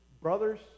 brothers